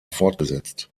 fortgesetzt